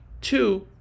two